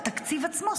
התקציב עצמו,